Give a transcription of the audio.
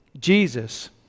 Jesus